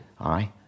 Aye